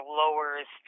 lowers